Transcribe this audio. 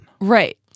Right